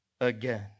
again